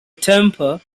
temper